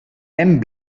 hem